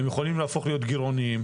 הן יכולות להפוך להיות גירעוניות.